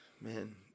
Man